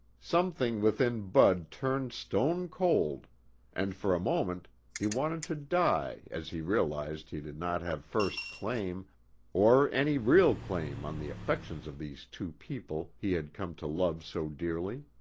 something within bud turned stone cold and for a moment he wanted to die as he realized he did not have first claim or any real claim on the affections of these two people he had come to love so dearly.